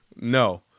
No